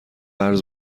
قرض